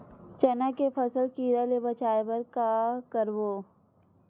चना के फसल कीरा ले बचाय बर का करबो?